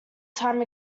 time